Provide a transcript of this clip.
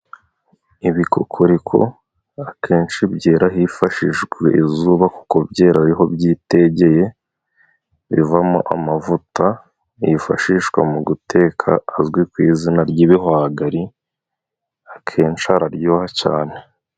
Ibikukuriko akenshi byera hifashishijwe izuba kuko byera ariho byitegeye, bivamo amavuta yifashishwa mu guteka azwi ku izina ry'ibihwagari, akenshi araryoha cane.